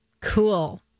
Cool